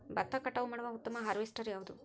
ಭತ್ತ ಕಟಾವು ಮಾಡುವ ಉತ್ತಮ ಹಾರ್ವೇಸ್ಟರ್ ಯಾವುದು?